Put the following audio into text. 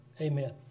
Amen